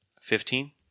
Fifteen